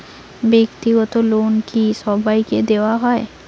ব্যাক্তিগত লোন কি সবাইকে দেওয়া হয়?